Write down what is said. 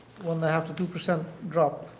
one and a half to two percent drop.